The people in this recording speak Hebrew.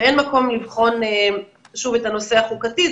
ואין מקום לבחון שוב את הנושא החוקתי.